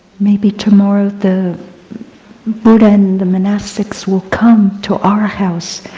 maybe tomorrow the buddha and the monastics will come to our house.